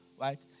right